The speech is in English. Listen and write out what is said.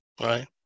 right